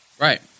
right